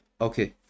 Okay